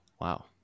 Wow